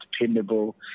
dependable